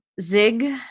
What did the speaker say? Zig